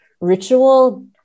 ritual